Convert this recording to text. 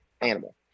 animal